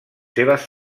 seves